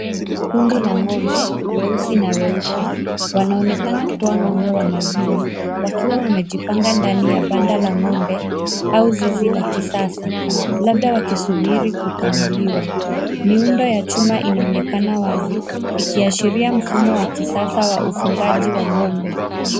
Kundi la ngombe ,weusi na weupe , wanaonekana kuwa ngombe wa maziwa ,wakiwa wamejipanga ndani ya banda la ngombe ,au zizi la kisasa .Labda wakisubiri kukamuliwa. Miundo ya chuma inaonekana wazi ikiashiria mfumo wa kisasa wa ufungaji wa ngombe.